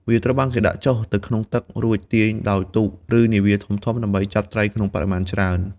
វាត្រូវបានគេដាក់ចុះទៅក្នុងទឹក រួចទាញដោយទូក ឬនាវាធំៗ ដើម្បីចាប់ត្រីក្នុងបរិមាណច្រើន។